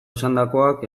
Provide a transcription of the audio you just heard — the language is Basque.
esandakoak